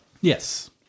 Yes